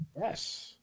yes